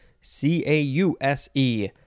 C-A-U-S-E